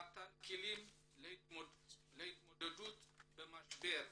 מתן כלים להתמודדות במשבר,